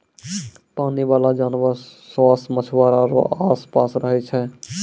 पानी बाला जानवर सोस मछुआरा रो आस पास रहै छै